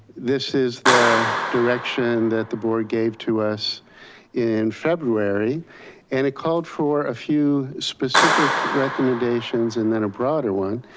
this is the direction that the board gave to us in february and it called for a few specific recommendations and then a broader one.